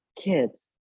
kids